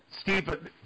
Steve